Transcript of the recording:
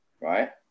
right